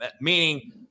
meaning –